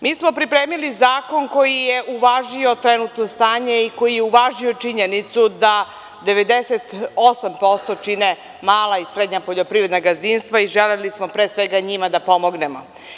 Mi smo pripremili zakon koji je uvažio trenutno stanje i koji je uvažio činjenicu da 98% čine mala i srednja poljoprivredna gazdinstva i želeli smo pre svega njima da pomognemo.